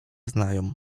znają